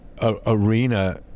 arena